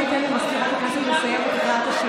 סגנית מזכירת הכנסת.